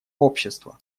общества